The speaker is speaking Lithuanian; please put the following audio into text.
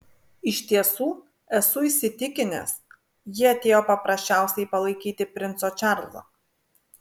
iš tiesų esu įsitikinęs ji atėjo paprasčiausiai palaikyti princo čarlzo